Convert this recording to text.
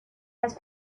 has